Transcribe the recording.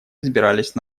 взбирались